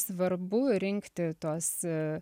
svarbu rinkti tuos